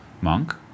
monk